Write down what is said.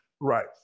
Right